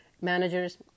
managers